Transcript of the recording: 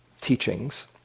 teachings